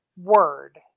word